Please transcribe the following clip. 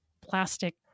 plastic